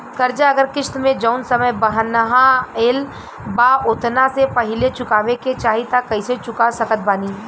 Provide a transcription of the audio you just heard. कर्जा अगर किश्त मे जऊन समय बनहाएल बा ओतना से पहिले चुकावे के चाहीं त कइसे चुका सकत बानी?